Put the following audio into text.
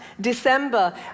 December